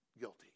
guilty